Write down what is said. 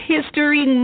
History